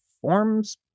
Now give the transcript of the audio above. forms